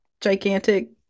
gigantic